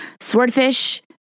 swordfish